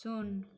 ଶୂନ